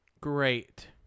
Great